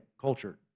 culture